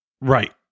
right